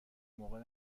موقع